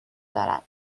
دارد